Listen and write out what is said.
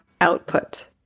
output